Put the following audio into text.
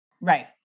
Right